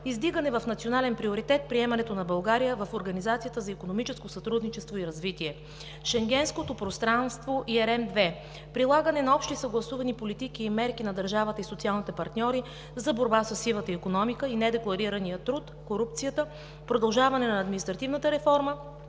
издигане в национален приоритет приемането на България в Организацията за икономическо сътрудничество и развитие; Шенгенското пространство и ЕRM 2; прилагане на общи съгласувани политики и мерки на държавата и социалните партньори за борба със сивата икономика и недекларирания труд, корупцията; продължаване на административната реформа;